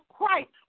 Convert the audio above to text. Christ